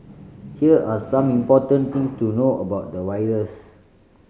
here are some important things to know about the virus